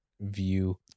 view